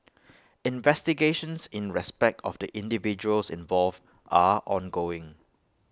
investigations in respect of the individuals involved are ongoing